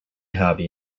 hobby